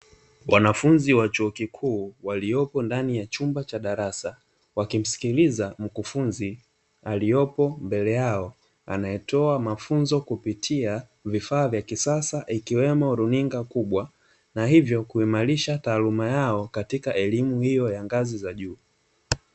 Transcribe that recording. Wanafunzi wa chuo kikuu waliopo ndani ya chumba cha darasa, wakimsikiliza mkufunzi aliyopo mbele yao anayetoa mafunzo kupitia vifaa vya kisasa ikiwemo runinga kubwa na hivyo kuimarisha taaluma yao katika elimu hiyo ya ngazi za juu.